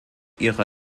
ihre